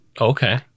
Okay